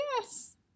Yes